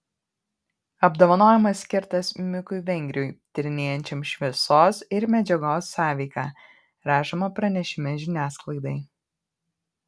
apdovanojimas skirtas mikui vengriui tyrinėjančiam šviesos ir medžiagos sąveiką rašoma pranešime žiniasklaidai